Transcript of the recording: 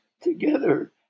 together